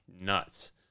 nuts